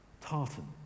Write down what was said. Tartan